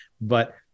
But-